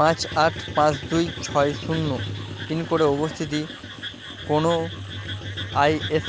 পাঁচ আট পাঁচ দুই ছয় শূন্য পিন কোডের উপস্থিতি কোনো আইএস